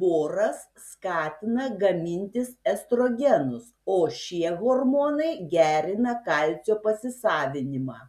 boras skatina gamintis estrogenus o šie hormonai gerina kalcio pasisavinimą